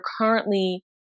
currently